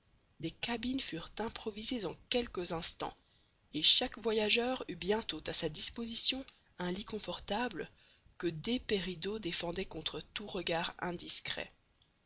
des cabines furent improvisées en quelques instants et chaque voyageur eut bientôt à sa disposition un lit confortable que d'épais rideaux défendaient contre tout regard indiscret